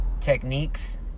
techniques